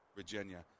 Virginia